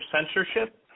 censorship